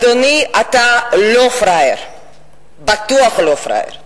אדוני, אתה לא פראייר, בטוח לא פראייר.